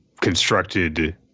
constructed